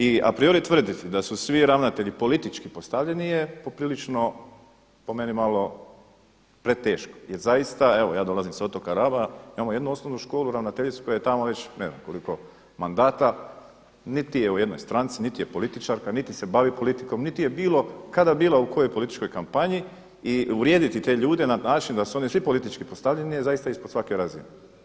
I a priori tvrditi da su svi ravnatelji politički postavljeni je poprilično po meni malo preteško jer zaista evo ja dolazim s otoka Raba, imamo jednu osnovnu školu i ravnateljicu koja je tamo već ne znam koliko mandata, niti je u jednoj stranci, niti je političarka, niti se bavi politikom, niti je bilo kada bila u bilo kojoj političkoj kampanji i uvrijediti te ljude na način da su oni svi politički postavljeni je zaista ispod svake razine.